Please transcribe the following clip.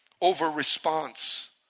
over-response